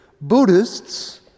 Buddhists